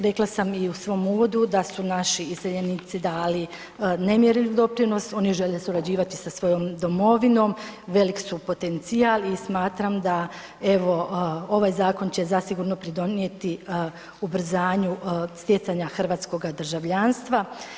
Rekla sam i u svom uvodu da su naši iseljenici dali nemjerljiv doprinos, oni žele surađivati sa svojom domovinom, velik su potencijal i smatram da evo ovaj zakon će zasigurno pridonijeti ubrzanju stjecanja hrvatskog državljanstva.